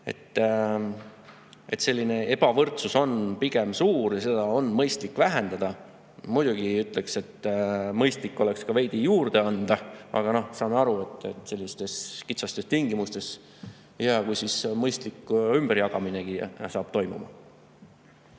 mõttes on ebavõrdsus suur ja seda on mõistlik vähendada. Muidugi ütleks, et mõistlik oleks ka veidi juurde anda, aga saame aru, et praegustes kitsastes tingimustes on hea, kui mõistlik ümberjagaminegi saab toimuma.